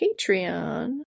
Patreon